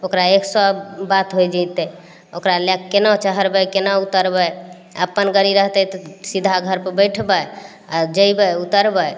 ओकरा एक सओ बात होइ जयतय ओकरा लए कऽ केना चढ़बय केना उत्तरबय अपन गाड़ी रहतय तऽ सीधा घरपर बैठबय आ जेबय उतरबय